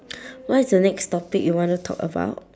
what's the next topic you wanna talk aboutx